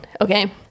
Okay